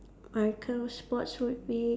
my kind of sports would be